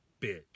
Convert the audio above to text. Bitch